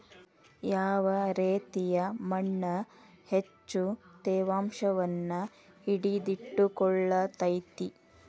ಯಾವ ರೇತಿಯ ಮಣ್ಣ ಹೆಚ್ಚು ತೇವಾಂಶವನ್ನ ಹಿಡಿದಿಟ್ಟುಕೊಳ್ಳತೈತ್ರಿ?